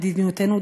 מדיניותנו,